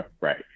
Right